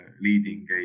leading